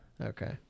Okay